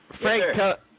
Frank